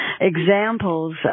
examples